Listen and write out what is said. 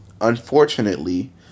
unfortunately